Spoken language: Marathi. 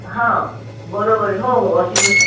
हा बरोबर हो हो वॉशिंग मशीन